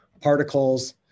particles